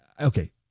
Okay